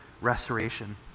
restoration